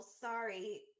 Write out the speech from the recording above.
sorry